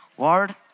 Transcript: Lord